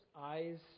eyes